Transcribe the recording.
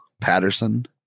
Patterson